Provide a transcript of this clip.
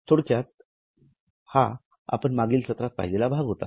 थोडक्यात हा आपण मागील सत्रात पाहिलेला भाग होता